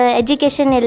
education